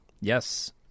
yes